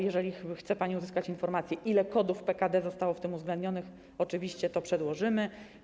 Jeżeli chce pani uzyskać informację, ile kodów PKD zostało w tym uwzględnionych, to oczywiście to przedłożymy.